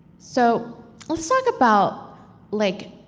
so let's talk about like